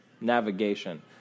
navigation